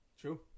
True